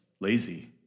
lazy